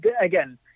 again